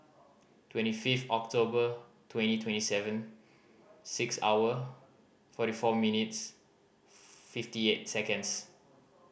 twenty fifth October twenty twenty seven six hour forty four minutes fifty eight seconds